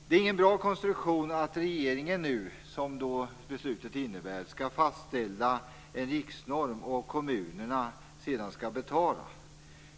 Det är ingen bra konstruktion att regeringen, såsom beslutet innebär, nu skall fastställa en riksnorm och kommunerna sedan betala.